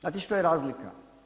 Znate što je razlika?